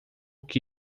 que